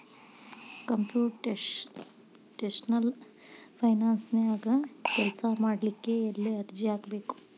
Computational ಫೈನಾನ್ಸನ್ಯಾಗ ಕೆಲ್ಸಾಮಾಡ್ಲಿಕ್ಕೆ ಎಲ್ಲೆ ಅರ್ಜಿ ಹಾಕ್ಬೇಕು?